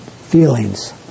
feelings